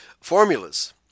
formulas